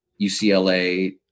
UCLA